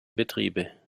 betriebe